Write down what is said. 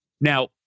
Now